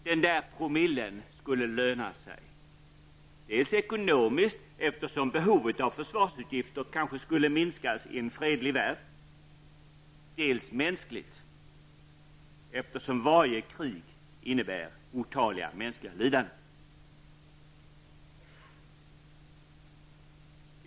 Den där promillen skulle löna sig, dels ekonomiskt, eftersom behovet av försvarsutgifter kanske skulle minskas i en fredlig värld, dels mänskligt, eftersom varje krig innebär oerhörda mänskliga lidanden.